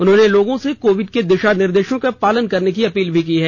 उन्होंने लोगों से कोविड के दिशा निर्देशें का पालन करने की अपील की है